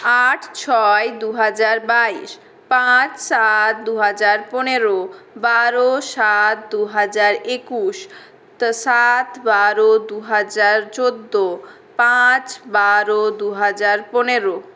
আট ছয় দুহাজার বাইশ পাঁচ সাত দুহাজার পনের বারো সাত দুহাজার একুশ সাত বারো দুহাজার চোদ্দ পাঁচ বারো দুহাজার পনের